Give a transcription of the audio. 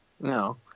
No